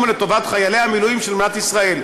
לטובת חיילי המילואים של מדינת ישראל.